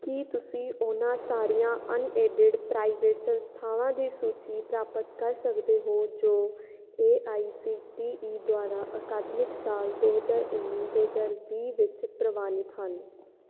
ਕੀ ਤੁਸੀਂ ਉਹਨਾਂ ਸਾਰੀਆਂ ਅਨਐਡਿਡ ਪ੍ਰਾਈਵੇਟ ਸੰਸਥਾਵਾਂ ਦੀ ਸੂਚੀ ਪ੍ਰਾਪਤ ਕਰ ਸਕਦੇ ਹੋ ਜੋ A I C T E ਦੁਆਰਾ ਅਕਾਦਮਿਕ ਸਾਲ ਦੋ ਹਜ਼ਾਰ ਉੱਨੀ ਦੋ ਹਜ਼ਾਰ ਵੀਹ ਵਿੱਚ ਪ੍ਰਵਾਨਿਤ ਹਨ